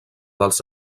dels